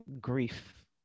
grief